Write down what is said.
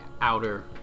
outer